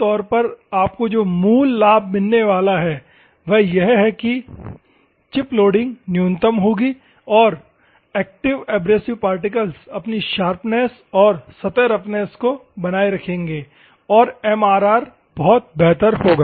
आम तौर पर आपको जो मूल लाभ मिलने वाला है वह यह है कि चिप लोडिंग न्यूनतम होगी और एक्टिव एब्रेसिव पार्टिकल्स अपनी शार्पनेस और सतह रफनेस को बनाए रखेंगे और MRR बहुत बेहतर होगा